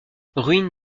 ruines